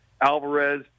Alvarez